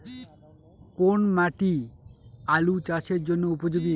কোন মাটি আলু চাষের জন্যে উপযোগী?